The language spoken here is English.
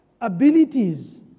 abilities